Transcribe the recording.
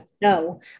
no